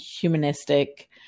humanistic